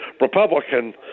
Republican